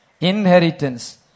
inheritance